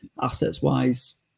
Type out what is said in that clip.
Assets-wise